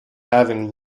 having